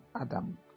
Adam